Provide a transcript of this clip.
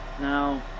Now